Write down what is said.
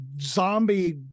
zombie